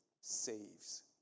saves